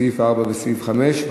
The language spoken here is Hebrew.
סעיף 4 וסעיף 5,